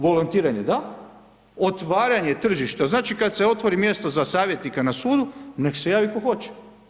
Volontiranje da, otvaranje tržišta, znači, kada se otvori mjesto za savjetnika na sudu, nek se javi ko hoće.